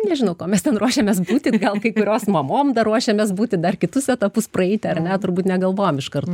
nežinau kuo mes ten ruošiamės būti gal kai kurios mamom dar ruošiamės būti dar kitus etapus praeiti ar ne turbūt negalvojom iš karto